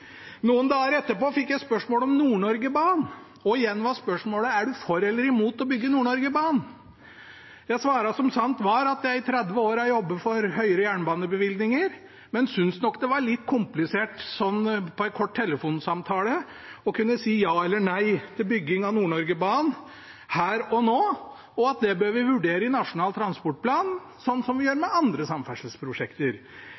Noen dager etterpå fikk jeg et spørsmål om Nord-Norgebanen, og igjen var spørsmålet: Er du for eller imot å bygge Nord-Norgebanen? Jeg svarte som sant var, at jeg i tretti år har jobbet for høyere jernbanebevilgninger, men syntes nok det var litt komplisert i en kort telefonsamtale å kunne si ja eller nei til bygging av Nord-Norgebanen der og da, og at det burde vi vurdere i Nasjonal transportplan, som vi gjør